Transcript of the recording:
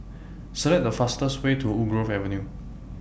Select The fastest Way to Woodgrove Avenue